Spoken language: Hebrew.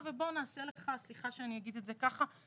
בואו נעשה לו נעים בגב.